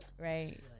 right